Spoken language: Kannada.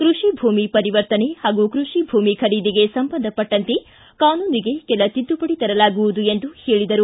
ಕೃಷಿ ಭೂಮಿ ಪರಿವರ್ತನೆ ಹಾಗು ಕೃಷಿ ಭೂಮಿ ಖರೀದಿಗೆ ಸಂಬಂಧಪಟ್ಟಂತೆ ಕಾನೂನಿಗೆ ಕೆಲ ತಿದ್ದುಪಡಿ ತರಲಾಗುವುದು ಎಂದು ಹೇಳಿದರು